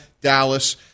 Dallas